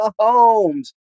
Mahomes